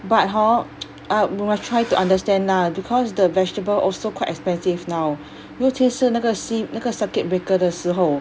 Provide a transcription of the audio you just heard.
but hor uh we must try to understand lah because the vegetable also quite expensive now 尤其是那个 c~ 那个 circuit breaker 的时候